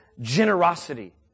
generosity